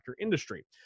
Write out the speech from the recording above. industry